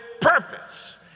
purpose